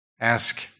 ask